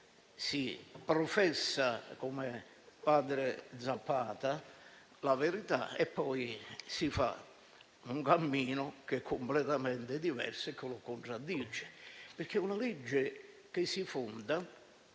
si professa, come padre Zapata, la verità e poi si fa un cammino che è completamente diverso e che lo contraddice, perché è un testo che si fonda